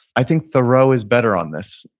i think thoreau is better on this.